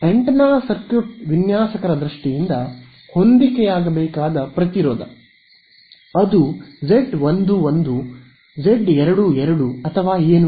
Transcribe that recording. antenna circuit ವಿನ್ಯಾಸಕರ ದ್ರಷ್ಟಿಯಿಂದ ಹೊಂದಿಕೆಯಾಗಬೇಕಾದ ಪ್ರತಿರೋಧ ಅದು ಜೆಡ್11 ಜೆಡ್ 22 ಅಥವಾ ಏನು